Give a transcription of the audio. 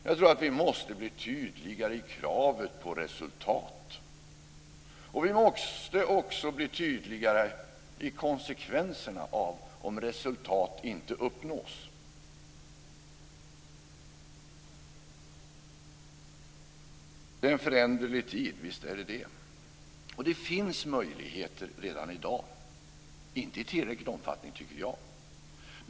Jag tror att vi måste bli tydligare i kravet på resultat. Vi måste också bli tydligare i konsekvenserna av om resultat inte uppnås. Det är en föränderlig tid, visst är det det. Det finns möjligheter redan i dag - inte i tillräcklig omfattning, tycker jag.